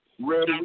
ready